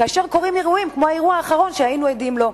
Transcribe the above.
כאשר קורים אירועים כמו האירוע האחרון שהיינו עדים לו.